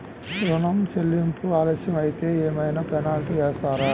ఋణ చెల్లింపులు ఆలస్యం అయితే ఏమైన పెనాల్టీ వేస్తారా?